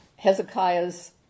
Hezekiah's